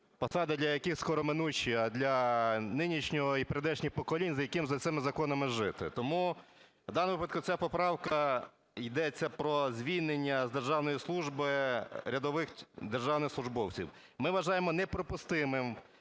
посади для яких скороминучі, а для нинішніх і прийдешніх поколінь, яким за цими законами жити. Тому в даному випадку ця поправка, йдеться про звільнення з державної служби рядових державних службовців. Ми вважаємо неприпустимим